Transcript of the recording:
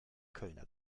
kölner